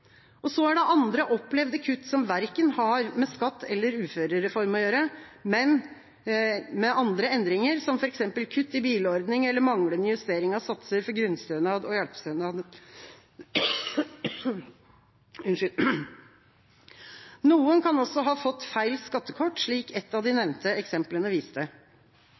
Så er det andre opplevde kutt som verken har med skatt eller uførereform å gjøre, men med andre endringer, som f.eks. kutt i bilordning eller manglende justering av satser for grunnstønad og hjelpestønad. Noen kan også ha fått feil skattekort, slik ett av de nevnte eksemplene viste.